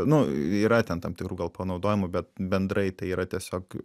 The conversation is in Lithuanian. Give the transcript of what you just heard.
nu yra ten tam tikrų gal panaudojimų bet bendrai tai yra tiesiog